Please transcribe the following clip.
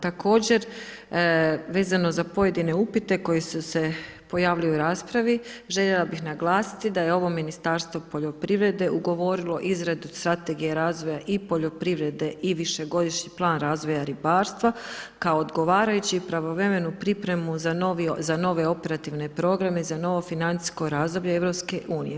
Također, vezano za pojedine upite koji su se pojavili u raspravi, željela bih naglasiti da je ovo Ministarstvo poljoprivrede ugovorilo izradu Strategije razvoja i poljoprivrede i višegodišnji plan razvoja ribarstva kao odgovarajući pravovremenu pripremu za nove Operativne programe, za novo financijsko razdoblje Europske unije.